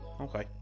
okay